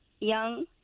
young